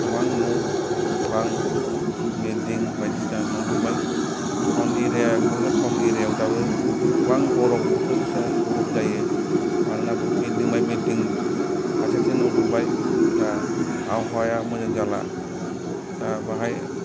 गोबां न' बां बिल्दिं बायदिसिना न' लुबाय town area Kokrajhar town area दाबो गोबां गरम बोथोर जा गरम जायो मानोना बिल्दिं बाय बिल्दिं फारसेथिं न' लुबाय दा आबहावाया मोजां जाला दा बाहाय